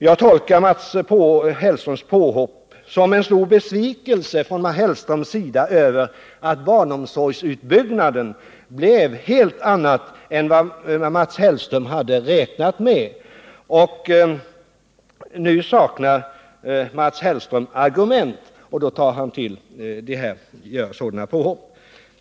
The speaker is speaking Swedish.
Jag tolkar Mats Hellströms påhopp som en stor besvikelse från hans sida över att barnomsorgsutbyggnaden blev annan än vad han hade räknat med. Nu saknar han argument och gör då sådana påhopp.